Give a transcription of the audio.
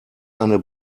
eine